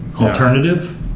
alternative